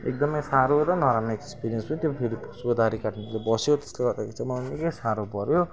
एकदमै साह्रो र नराम्रो एक्सपिरियन्स हो त्यो फिलिप्सको दाह्री काट्नले बस्यो त्यसले गर्दाखेरि चैँ मलाई निकै साह्रो पऱ्यो